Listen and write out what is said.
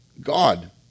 God